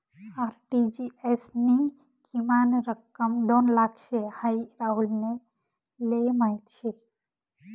RTGS नी किमान रक्कम दोन लाख शे हाई राहुलले माहीत शे